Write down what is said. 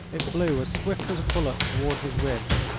it flew as swift as a bullet toward his ribs,